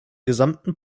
gesamten